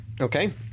Okay